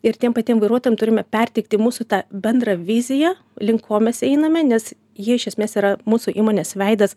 ir tiem patiem vairuotojam turime perteikti mūsų tą bendrą viziją link ko mes einame nes ji iš esmės yra mūsų įmonės veidas